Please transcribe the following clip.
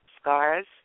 scars